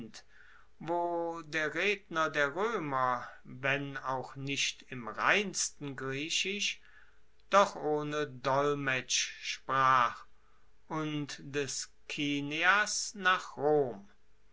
der redner der roemer wenn auch nicht im reinsten griechisch doch ohne dolmetsch sprach und des kineas nach rom